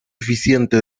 eficiente